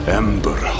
ember